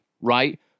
Right